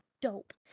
dope